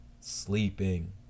sleeping